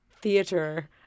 theater